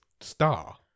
star